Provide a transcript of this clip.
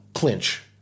clinch